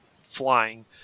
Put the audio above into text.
flying